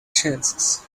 chances